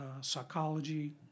psychology